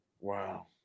Wow